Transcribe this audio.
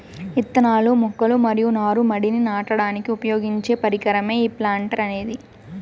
ఇత్తనాలు, మొక్కలు మరియు నారు మడిని నాటడానికి ఉపయోగించే పరికరమే ఈ ప్లాంటర్ అనేది